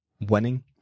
winning